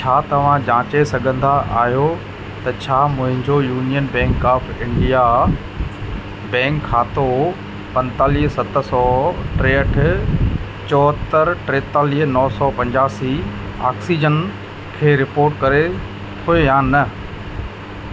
छा तव्हां जांचे सघंदा आहियो त छा मुंहिंजो union bank of India bank खातो पंतालीह सत सौ टेहठि चौहतरि टेतालीह नौ सौ पंजासी ऑक्सीजन खे रिपोर्ट करे थो या न